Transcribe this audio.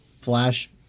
flash